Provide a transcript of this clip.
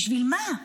בשביל מה?